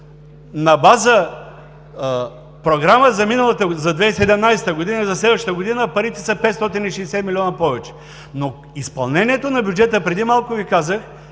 на база програма за 2017 г., за следващата година парите са 560 милиона повече. Но изпълнението на бюджета, преди малко Ви казах,